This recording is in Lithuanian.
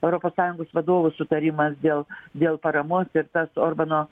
europos sąjungos vadovų sutarimas dėl dėl paramos ir tas orbano